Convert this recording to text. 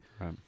Right